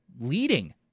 leading